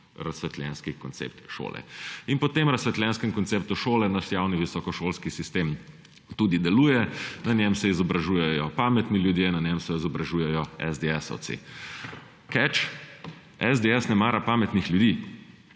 razsvetljenski koncept šole. In po tem razsvetljenskem konceptu šole naš javni visokošolski sistem tudi deluje. Na njem se izobražujejo pametni ljudje, na njem se izobražujejo esdeesovci. Catch − SDS ne mara pametnih ljudi.